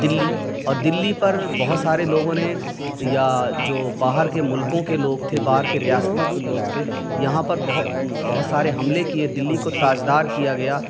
دلی اور دلی پر بہت سارے لوگوں نے یا جو باہر کے ملکوں کے لوگ تھے باہر کے ریاستوں کے لوگ تھے یہاں پر بہت سارے حملے کیے دلی کو تاراج کیا گیا